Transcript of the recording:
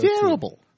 Terrible